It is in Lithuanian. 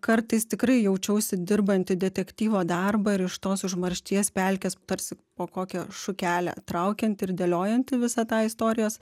kartais tikrai jaučiausi dirbanti detektyvo darbą ir iš tos užmaršties pelkės tarsi po kokią šukelę traukiant ir dėliojant visą tą istorijos